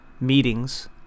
meetings